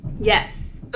yes